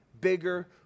bigger